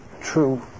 true